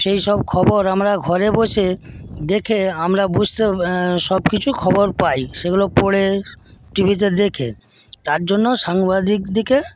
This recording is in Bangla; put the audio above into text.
সেই সব খবর আমরা ঘরে বসে দেখে আমরা বুঝতে সবকিছু খবর পাই সেগুলো পড়ে টিভিতে দেখে তার জন্য সাংবাদিকদেরকে ই